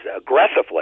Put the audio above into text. aggressively